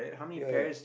ya